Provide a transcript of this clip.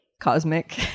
cosmic